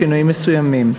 בשינויים מסוימים.